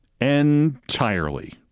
Entirely